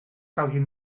calguin